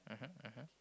mmhmm mmhmm